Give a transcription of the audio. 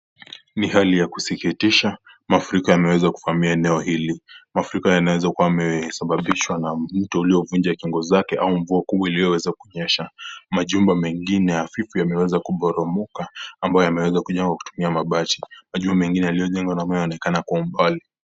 Ni hali ya kusikitisha mafuriko yameweza kuvamia eneo hili. Mafuriko yanaweza kuwa yamesababishwa na mto uliovunjika kingo zake, na mvua kubwa iliyoweza kunyesha. Majumba mengine hafifu yameweza kuporomoka ambayo yameweza kujengwa kutumia mabati. Majumba mengine yaliyojengwa na mawe yana onekana kwa umbali.